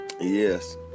Yes